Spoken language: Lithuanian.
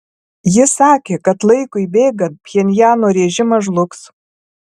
jis sakė kad laikui bėgant pchenjano režimas žlugs